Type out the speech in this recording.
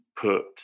put